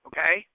Okay